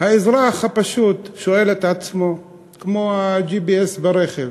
האזרח הפשוט שואל את עצמו, כמו ה-GPS ברכב,